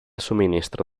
suministro